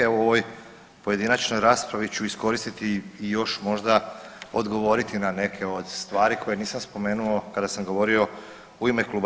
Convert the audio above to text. U ovoj pojedinačnoj raspravi ću iskoristiti i još možda odgovoriti na neke od stvari koje nisam spomenuo kada sam govorio u ime Kluba.